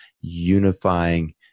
unifying